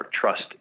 trust